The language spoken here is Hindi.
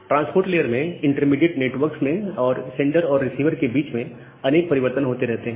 ट्रांसपोर्ट लेयर में इंटरमीडिएट नेटवर्क्स में और सेंडर और रिसीवर के बीच में अनेक परिवर्तन होते हैं